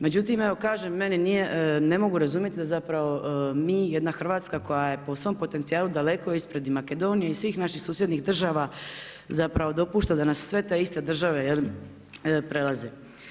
Međutim evo kažem meni nije, ne mogu razumjeti da zapravo mi, jedna Hrvatska koja je po svom potencijalu daleko ispred i Makedonije i svih naših susjednih država zapravo dopušta da nas sve te iste države prelaze.